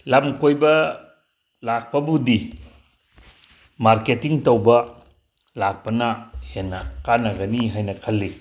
ꯂꯝꯀꯣꯏꯕ ꯂꯥꯛꯄꯕꯨꯗꯤ ꯃꯥꯔꯀꯦꯇꯤꯡ ꯇꯧꯕ ꯂꯥꯛꯄꯅ ꯍꯦꯟꯅ ꯀꯥꯟꯅꯒꯅꯤ ꯍꯥꯏꯅ ꯈꯜꯂꯤ